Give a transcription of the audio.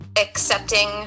accepting